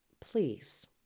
please